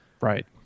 Right